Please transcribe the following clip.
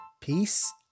peace